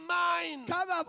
mind